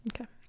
Okay